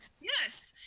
Yes